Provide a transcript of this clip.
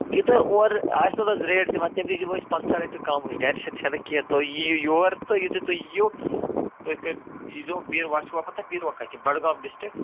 یہِ تۄہہِ اورٕ آسیوِ نہَ حَظ ریٹ دِوان تمہِ نِش دِمو أسۍ پنٛژہ رۄپیہِ کمٕے ٹینشن چھِ نہٕ کینٛہہ تۄہہِ یِیِو یور یِتھُے تُہۍ یِیِو تُہۍ یِی زیو بیٖرواہ چھَوا پتہٕ بیٖرواہ کتہِ بڈگام ڈِسٹرک